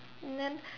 and then